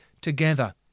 together